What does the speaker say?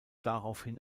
daraufhin